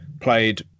Played